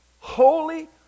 Holy